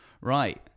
Right